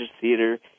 Theater